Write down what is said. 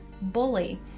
bully